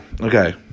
okay